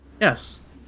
Yes